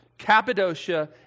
Cappadocia